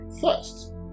First